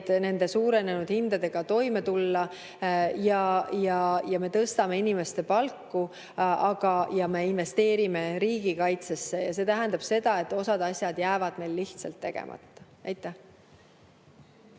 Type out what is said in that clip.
nende tõusnud hindadega toime tulla. Me tõstame inimeste palku ja me investeerime riigikaitsesse. Ja see tähendab seda, et osa asju jääb meil lihtsalt tegemata. Aitäh!